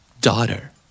Daughter